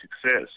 success